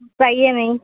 गुस्साइए नहीं